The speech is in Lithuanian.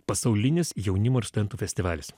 pasaulinis jaunimo ir studentų festivalis